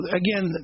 again